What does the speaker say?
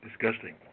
disgusting